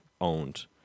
owned